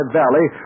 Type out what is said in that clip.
valley